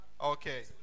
okay